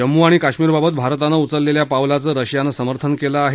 जम्मू आणि काश्मीरबाबत भारतानं उचललेल्या पावलाचं रशियानं समर्थन केलं आहे